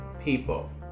people